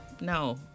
No